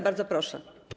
Bardzo proszę.